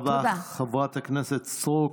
תודה רבה, חברת הכנסת סטרוק.